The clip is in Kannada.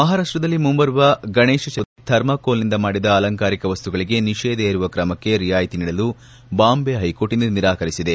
ಮಹಾರಾಷ್ಟದಲ್ಲಿ ಮುಂಬರುವ ಗಣೇಶ ಚತುರ್ಥಿ ಉತ್ಸವದಲ್ಲಿ ಥರ್ಮಾಕೋಲ್ ನಿಂದ ಮಾಡಿದ ಅಲಂಕಾರಿಕ ವಸ್ತುಗಳಿಗೆ ನಿಷೇಧ ಹೇರುವ ಕ್ರಮಕ್ಕೆ ರಿಯಾಯಿತಿ ನೀಡಲು ಬಾಂಬೆ ಹೈಕೋರ್ಟ್ ಇಂದು ನಿರಾಕರಿಸಿದೆ